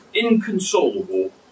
inconsolable